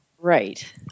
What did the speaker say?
Right